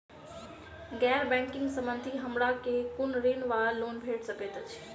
गैर बैंकिंग संबंधित हमरा केँ कुन ऋण वा लोन भेट सकैत अछि?